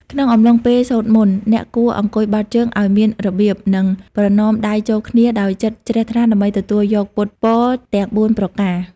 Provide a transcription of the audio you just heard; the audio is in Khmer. ក្នុងអំឡុងពេលសូត្រមន្ត អ្នកគួរអង្គុយបត់ជើងឱ្យមានរបៀប និងប្រណម្យដៃចូលគ្នាដោយចិត្តជ្រះថ្លាដើម្បីទទួលយកពុទ្ធពរទាំងបួនប្រការ។